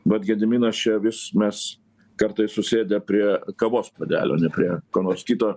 bet gediminas čia vis mes kartais susėdę prie kavos puodelio ne prie ko nors kito